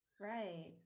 right